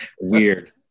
weird